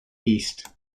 east